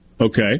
Okay